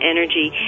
Energy